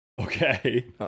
Okay